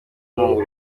inkunga